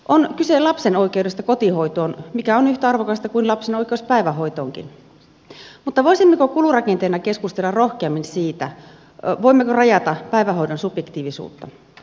on kyse lapsen oikeudesta kotihoitoon mikä on yhtä arvokasta kuin lapsen oikeus päivähoitoonkin mutta voisimmeko kulurakenteena keskustella rohkeammin siitä voimmeko rajata päivähoidon subjektiivisuutta